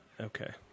Okay